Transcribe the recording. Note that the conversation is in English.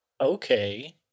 Okay